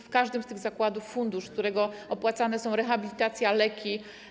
W każdym z tych zakładów jest fundusz, z którego opłacane są rehabilitacja, leki.